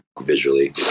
visually